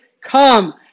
Come